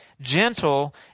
gentle